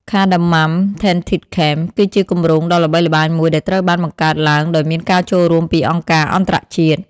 Cardamom Tented Camp គឺជាគម្រោងដ៏ល្បីល្បាញមួយដែលត្រូវបានបង្កើតឡើងដោយមានការចូលរួមពីអង្គការអន្តរជាតិ។